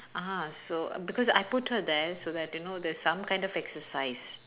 ah so because I put her there so that you know there's some kind of exercise